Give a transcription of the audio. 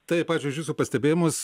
taip ačiū už jūsų pastebėjimus